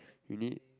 you mean